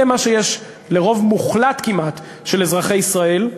זה מה שיש לרוב מוחלט כמעט של אזרחי ישראל,